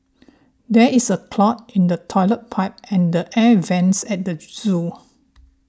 there is a clog in the Toilet Pipe and the Air Vents at the zoo